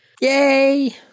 yay